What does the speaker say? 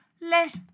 Let